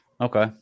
Okay